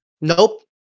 Nope